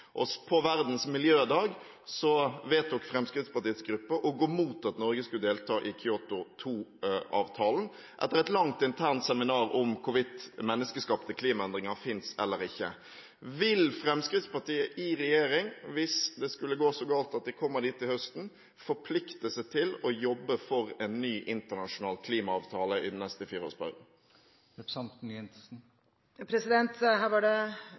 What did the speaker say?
På Verdens miljødag vedtok Fremskrittspartiets gruppe å gå imot Norges deltakelse i Kyoto 2-avtalen – etter et langt internt seminar om hvorvidt menneskeskapte klimaendringer finnes eller ikke. Vil Fremskrittspartiet i regjering – hvis det skulle gå så galt at de kommer dit til høsten – forplikte seg til å jobbe for en ny internasjonal klimaavtale i den neste fireåresperioden? Her var det